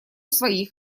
своих